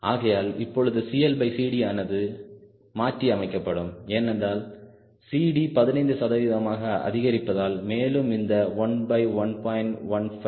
ஆகையால் இப்பொழுது CLCD ஆனது மாற்றி அமைக்கப்படும் ஏனென்றால் CD15 சதவீதமாக அதிகரிப்பதால் மேலும் இந்த 11